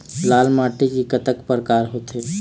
लाल माटी के कतक परकार होथे?